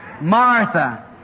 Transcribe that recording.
Martha